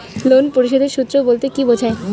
Loan পরিশোধের সূএ বলতে কি বোঝায়?